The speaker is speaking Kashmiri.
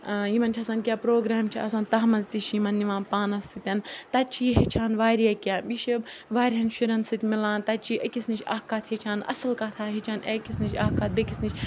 یِمَن چھِ آسان کینٛہہ پرٛوگرام چھِ آسان تَتھ منٛز تہِ چھِ یِمَن نِوان پانَس سۭتۍ تَتہِ چھِ یہِ ہیٚچھان واریاہ کینٛہہ یہِ چھِ واریاہَن شُرٮ۪ن سۭتۍ مِلان تَتہِ چھِ یہِ أکِس نِش اَکھ کَتھ ہیٚچھان اَصٕل کَتھاہ ہیٚچھان أکِس نِش اَکھ کَتھ بیٚکِس نِش